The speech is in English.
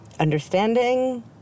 understanding